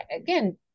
again